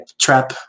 trap